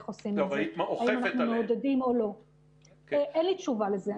אין לי תשובה לזה,